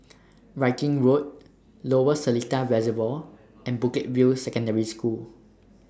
Viking Road Lower Seletar Reservoir and Bukit View Secondary School